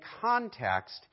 context